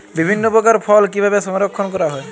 বিভিন্ন প্রকার ফল কিভাবে সংরক্ষণ করা হয়?